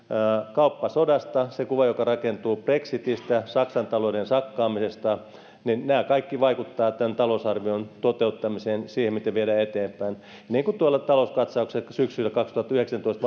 kauppasodasta se kuva joka rakentuu brexitistä saksan talouden sakkaamisesta nämä kaikki vaikuttavat tämän talousarvion toteuttamiseen siihen miten sitä viedään eteenpäin ja niin kuin tuolla talouskatsauksessa syksyllä kaksituhattayhdeksäntoista